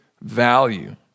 value